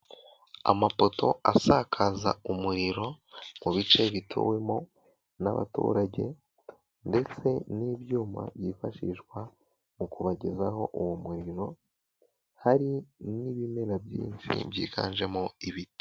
Amapoto asakaza umuriro mu bice bituwemo n'abaturage, ndetse n'ibyuma byifashishwa mu kubagezaho uwo muriro, hari n'ibimera byinshi byiganjemo ibiti.